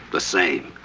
the same.